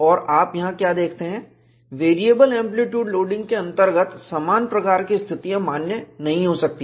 और आप यहां क्या देखते हैं वेरिएबल एंप्लीट्यूड लोडिंग के अंतर्गत समान प्रकार की स्थितियां मान्य नहीं हो सकती हैं